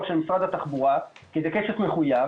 של משרד התחבורה כי זה כסף מחויב.